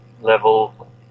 level